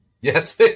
Yes